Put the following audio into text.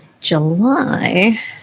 July